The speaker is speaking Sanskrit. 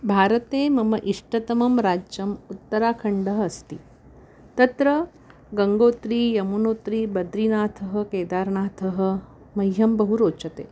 भारते मम इष्टतमं राज्यम् उत्तराखण्डः अस्ति तत्र गङ्गोत्री यमुनोत्री बद्रीनाथः केदारनाथः मह्यं बहु रोचते